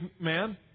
man